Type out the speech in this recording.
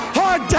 hard